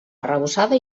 arrebossada